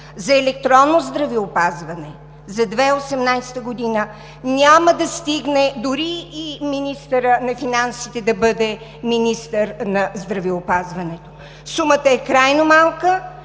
за електронно здравеопазване за 2018 г., няма да стигне дори и министърът на финансите да бъде министър на здравеопазването. Сумата е крайно малка